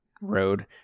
road